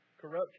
Corruption